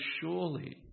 surely